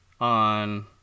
on